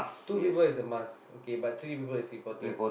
two people is a must okay but three people is important